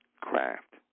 Craft